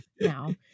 now